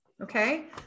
okay